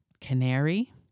canary